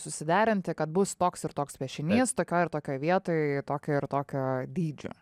susiderinti kad bus toks ir toks piešinys tokioj ir tokioj vietoj tokio ir tokio dydžio